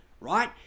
right